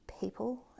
people